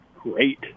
great